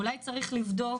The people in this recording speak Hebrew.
אולי צריך לבדוק